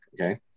okay